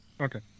okay